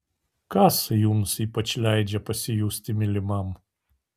kas jums ypač leidžia pasijusti mylimam